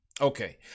Okay